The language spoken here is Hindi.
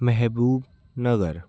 महबूबनगर